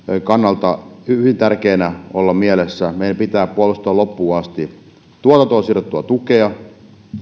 kannalta hyvin tärkeänä pitää mielessä meidän pitää puolustaa loppuun asti tuotantoon sidottua tukea